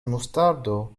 mustardo